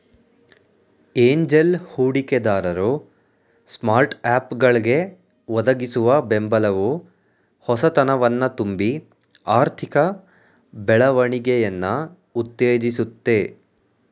angel ಹೂಡಿಕೆದಾರರು ಸ್ಟಾರ್ಟ್ಅಪ್ಗಳ್ಗೆ ಒದಗಿಸುವ ಬೆಂಬಲವು ಹೊಸತನವನ್ನ ತುಂಬಿ ಆರ್ಥಿಕ ಬೆಳವಣಿಗೆಯನ್ನ ಉತ್ತೇಜಿಸುತ್ತೆ